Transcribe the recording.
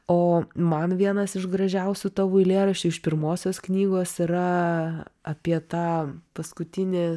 o man vienas iš gražiausių tavo eilėraščių iš pirmosios knygos yra apie tą paskutinį